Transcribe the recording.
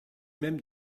même